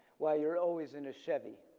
why you're always in a chevy.